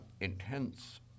intense